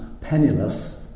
penniless